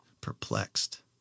perplexed